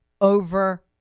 over